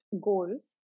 goals